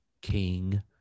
King